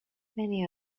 many